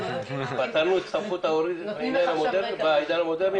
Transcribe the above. --- פתרנו כבר את הבעיה הסמכות ההורית בעידן המודרני?